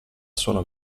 sono